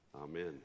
Amen